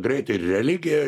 greitai ir religiją